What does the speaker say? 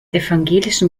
evangelischen